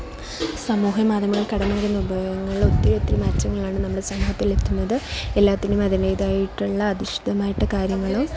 സമൂഹ മാധ്യമങ്ങൾ കടന്നു വരുന്ന ഉപയോഗങ്ങൾ ഒത്തിരി ഒത്തിരി മാറ്റങ്ങളാണ് നമ്മുടെ സമൂഹത്തിൽ എത്തുന്നത് എല്ലാത്തിനും അതിൻ്റേതായിട്ടുള്ള അധിഷ്ടിതമായിട്ട് കാര്യങ്ങളും